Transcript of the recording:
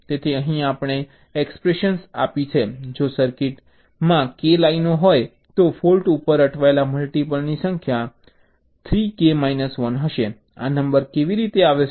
તેથી અહીં આપણે એક્સપ્રેશન આપી છે જો સર્કિટમાં k લાઇનો હોય તો ફૉલ્ટ ઉપર અટવાયેલા મલ્ટિપલની કુલ સંખ્યા 3k 1 હશે આ નંબર કેવી રીતે આવે છે